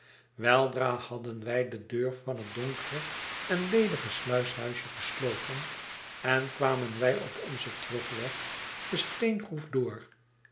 weldra hadden wij de deur van het donkere en ledige sluishuisje gesloten en kwamen wij op onzen terugweg de steengroef door